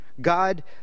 God